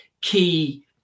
key